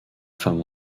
femme